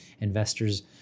investors